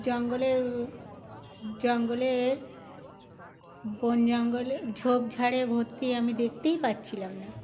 জঙ্গলের জঙ্গলের বন জঙ্গলের ঝোপ ঝাড়ে ভর্তি আমি দেখতেই পাচ্ছিলাম না